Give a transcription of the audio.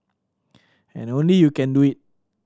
and only you can do it